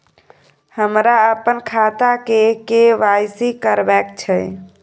हमरा अपन खाता के के.वाई.सी करबैक छै